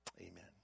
amen